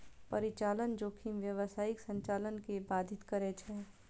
परिचालन जोखिम व्यावसायिक संचालन कें बाधित करै छै